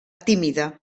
tímida